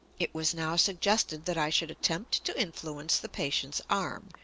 it was now suggested that i should attempt to influence the patient's arm,